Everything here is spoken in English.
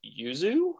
yuzu